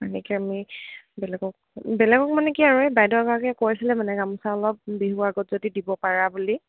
এনেকে আমি বেলেগক বেলেগক মানে কি আৰু এই বাইদেউগাকে কৈছিলে মানে গামচা অলপ বিহুৰ আগত যদি দিব পাৰা বুলি